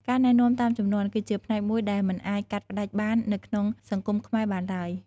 ការណែនាំតាមជំនាន់ គឺជាផ្នែកមួយដែលមិនអាចកាត់ផ្តាច់បាននៅក្នុងសង្គមខ្មែរបានឡើយ។